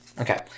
Okay